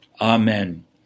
Amen